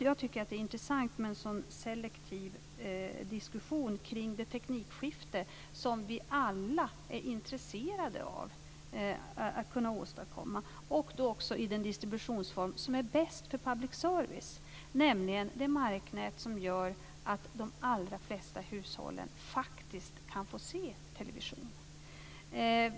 Jag tycker att det är intressant med en sådan selektiv diskussion kring det teknikskifte som vi alla är intresserade av att kunna åstadkomma, och då i den distributionsform som är bäst för public service, nämligen det marknät som gör att de allra flesta hushållen faktiskt kan få se television.